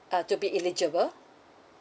uh to be eligible